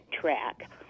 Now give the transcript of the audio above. track